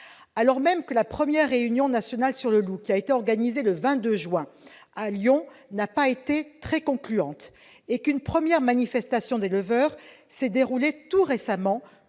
Alors même que la première réunion nationale sur le loup organisée le 22 juin 2017 à Lyon n'a pas été très concluante et qu'une première manifestation d'éleveurs s'est déroulée récemment